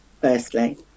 Firstly